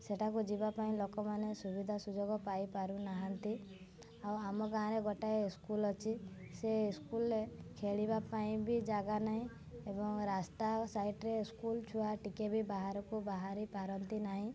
ସେଇଟାକୁ ଯିବାପାଇଁ ଲୋକମାନେ ସୁବିଧା ସୁଯୋଗ ପାଇପାରୁନାହାଁନ୍ତି ଆଉ ଆମ ଗାଁରେ ଗୋଟାଏ ସ୍କୁଲ୍ ଅଛି ସେ ସ୍କୁଲ୍ରେ ଖେଳିବା ପାଇଁ ବି ଜାଗା ନାହିଁ ଏବଂ ରାସ୍ତା ସାଇଟ୍ରେ ସ୍କୁଲ୍ ଛୁଆ ଟିକେ ବି ବାହାରକୁ ବାହାରି ପାରନ୍ତି ନାହିଁ